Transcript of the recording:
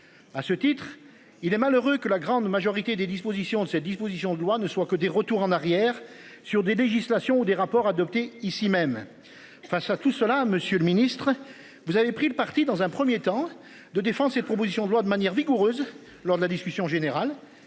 À ce titre il est malheureux que la grande majorité des dispositions de ces dispositions de loi ne soient que des retours en arrière sur des législations des rapports adoptés ici même face à tout cela, Monsieur le Ministre, vous avez pris le parti dans un 1er temps de défense et propositions de loi de manière vigoureuse lors de la discussion générale